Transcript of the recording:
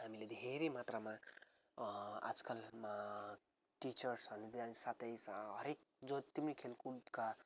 हामीले धेरै मात्रामा आजकल टिचर्सहरू साथै हरेक जति नै खेलकुदका